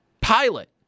Pilot